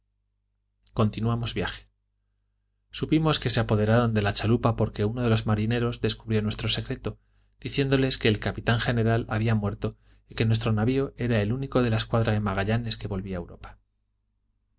continuamos el viaje supimos que se apoderaron de la chalupa porque uno de los marineros descubrió nuestro secreto diciéndoles que el capitán general había muerto y que nuestro navio era el único de la escuadra de magallanes que volvía